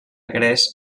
gres